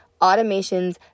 Automations